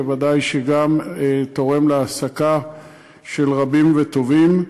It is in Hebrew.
וודאי שגם תורם להעסקה של רבים וטובים.